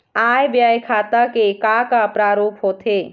आय व्यय खाता के का का प्रारूप होथे?